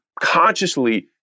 consciously